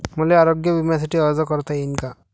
मले आरोग्य बिम्यासाठी अर्ज करता येईन का?